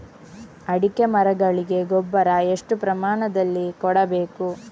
ಅಡಿಕೆ ಮರಗಳಿಗೆ ಗೊಬ್ಬರ ಎಷ್ಟು ಪ್ರಮಾಣದಲ್ಲಿ ಕೊಡಬೇಕು?